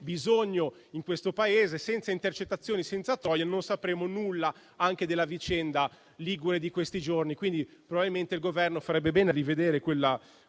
bisogno in questo Paese. Senza intercettazioni, senza *trojan*, non sapremmo nulla della vicenda ligure di questi giorni. Quindi, probabilmente il Governo farebbe bene a rivedere quella